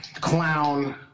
clown